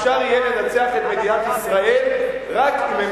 אפשר יהיה לנצח את מדינת ישראל רק אם הם